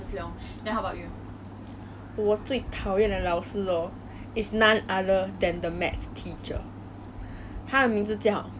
I really don't understand mister see's way of doing things and now 我不 understand missus koh 的